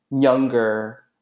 younger